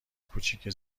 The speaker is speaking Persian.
کوچیکه